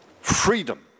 Freedom